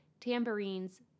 tambourines